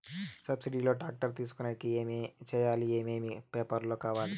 Subsidy లో tractor తీసుకొనేకి ఏమి చేయాలి? ఏమేమి పేపర్లు కావాలి?